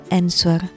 answer